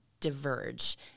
diverge